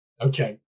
Okay